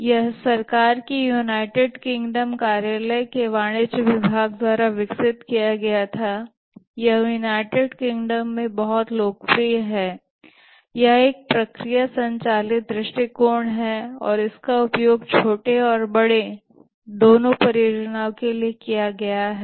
यह सरकार की यूनाइटेड किंगडम कार्यालय के वाणिज्य विभाग द्वारा विकसित किया गया था यह यूनाइटेड किंगडम में बहुत लोकप्रिय है यह एक प्रक्रिया संचालित दृष्टिकोण है और इसका उपयोग छोटे और बड़े दोनों परियोजनाओं के लिए किया गया है